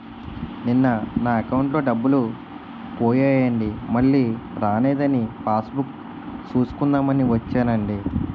నిన్న నా అకౌంటులో డబ్బులు పోయాయండి మల్లీ రానేదని పాస్ బుక్ సూసుకుందాం అని వచ్చేనండి